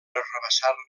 arrabassar